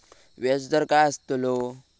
व्याज दर काय आस्तलो?